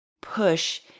push